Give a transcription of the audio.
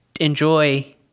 enjoy